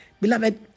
Beloved